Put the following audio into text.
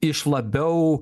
iš labiau